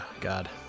God